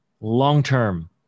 long-term